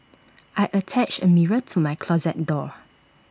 I attached A mirror to my closet door